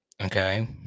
Okay